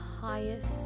highest